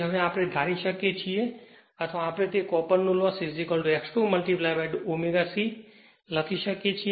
હવે તેથી આપણે ધારી શકીએ છીએ અથવા આપણે તે કોપરનું લોસ X2 Wcલખી શકીએ છીએ